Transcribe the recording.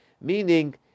meaning